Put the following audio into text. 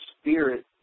spirit